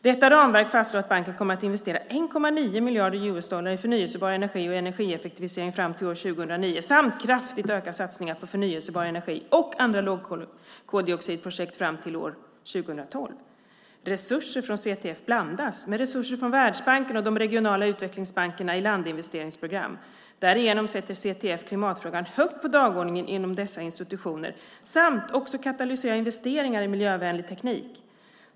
Detta ramverk fastslår att banken kommer att investera 1,9 miljarder US-dollar i förnybar energi och energieffektivisering fram till år 2009 samt kraftigt öka satsningar på förnybar energi och andra lågkoldioxidprojekt fram till år 2012. Resurser från CTF blandas med resurser från Världsbanken och de regionala utvecklingsbankerna i landinvesteringsprogram. Därigenom sätter CTF klimatfrågan högt på dagordningen inom dessa institutioner samt också att katalysera investeringar i miljövänlig teknik.